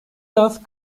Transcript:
yaz